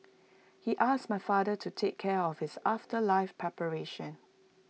he asked my father to take care of his afterlife preparations